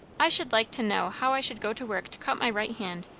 i should like to know how i should go to work to cut my right hand!